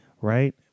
right